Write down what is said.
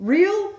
Real